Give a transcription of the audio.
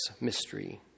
mystery